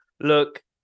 Look